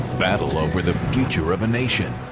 battle over the future of a nation.